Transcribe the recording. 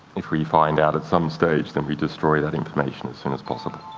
if we find out at some stage then we destroy that information as soon as possible.